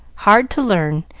hard to learn,